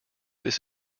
this